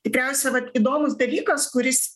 tikriausia vat įdomus dalykas kuris